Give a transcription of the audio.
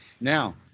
now